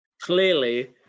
Clearly